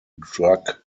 drug